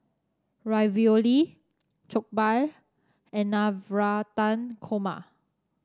Ravioli Jokbal and Navratan Korma